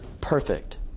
perfect